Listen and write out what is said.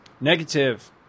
Negative